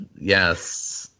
yes